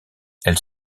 elles